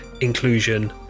inclusion